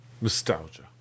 Nostalgia